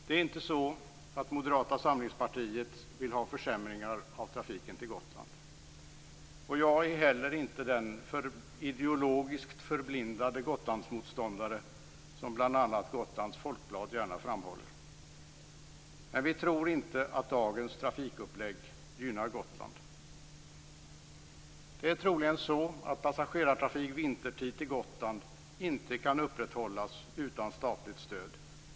Det är inte så att Moderata samlingspartiet vill ha försämringar av trafiken till Gotland, och jag är heller inte den ideologiskt förblindade gotlandsmotståndare som bl.a. Gotlands Folkblad gärna framhåller. Men vi tror inte att dagens trafikupplägg gynnar Gotland inte kan upprätthållas utan statligt stöd.